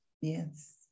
Yes